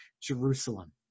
Jerusalem